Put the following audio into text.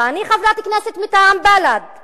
גם של עזמי